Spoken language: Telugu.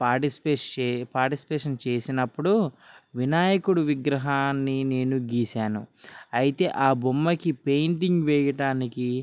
పార్టిసిపేషన్ చేసినప్పుడు వినాయకుడు విగ్రహాన్ని నేను గీసాను అయితే ఆ బొమ్మకి పెయింటింగ్ వేయడానికి